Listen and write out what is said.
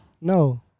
No